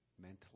mentally